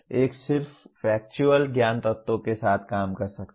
एक सिर्फ फैक्चुअल ज्ञान तत्वों के साथ काम कर सकता है